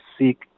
seek